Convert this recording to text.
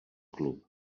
club